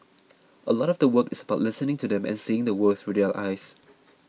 a lot of the work is about listening to them and seeing the world through their eyes